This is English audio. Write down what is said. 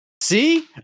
See